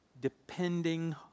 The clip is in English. depending